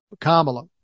Kamala